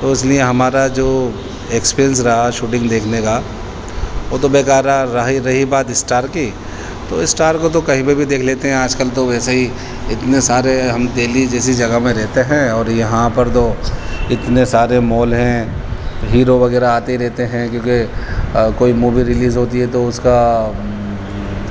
تو اس لیے ہمارا جو ایکسپیرئنس رہا شوٹنگ دیکھنے کا وہ تو بےکار رہا رہی رہی بات اسٹار کی تو اسٹار کو تو کہیں پہ بھی دیکھ لیتے ہیں آج کل تو ویسے ہی اتنے سارے ہم دہلی جیسی جگہ میں رہتے ہیں اور یہاں پر تو اتنے سارے مال ہیں ہیرو وغیرہ آتے رہتے ہیں کیوںکہ کوئی مووی ریلیز ہوتی ہے تو اس کا